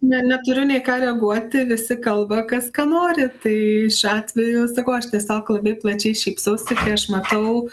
ne neturiu nei ką reaguoti visi kalba kas ką nori tai šiuo atveju sakau aš tiesiog labai plačiai šypsausi kai aš matau